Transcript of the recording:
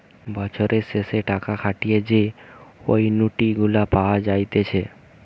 বছরের শেষে টাকা খাটিয়ে যে অনুইটি গুলা পাওয়া যাইতেছে